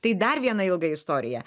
tai dar viena ilga istorija